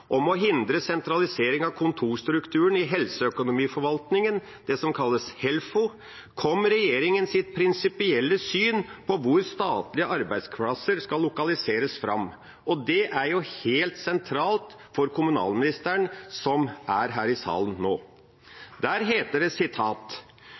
om å hindre sentralisering av kontorstrukturen i helseøkonomiforvaltningen, Helfo, kom regjeringas prinsipielle syn på hvor statlige arbeidsplasser skal lokaliseres, fram, og det er helt sentralt for kommunalministeren, som er her i salen